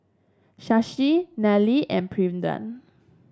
Shashi Nnil and Pranav